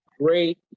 great